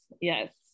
Yes